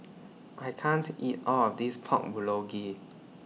I can't eat All of This Pork Bulgogi